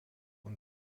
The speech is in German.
und